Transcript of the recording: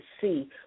see